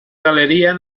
galería